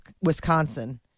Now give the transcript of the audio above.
Wisconsin